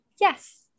yes